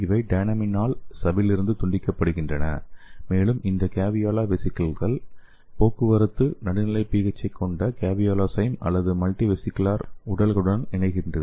இவை டைனமினால் சவ்விலிருந்து துண்டிக்கப்படுகின்றன மேலும் இந்த கேவியோலா வெசிகல்ஸ் போக்குவரத்தை நடுநிலை pH ஐக் கொண்ட கேவியோசோம்கள் அல்லது மல்டிவிசிகுலர் உடல்களுடன் இணைக்கிறது